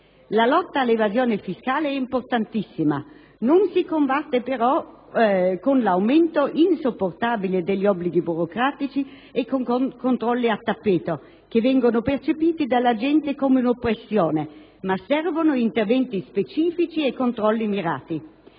La lotta all'evasione fiscale è importantissima, non si combatte però con l'aumento insopportabile degli obblighi burocratici o con controlli a tappeto, che vengono percepiti dalla gente come una oppressione, ma servono interventi specifici e controlli mirati.